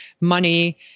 money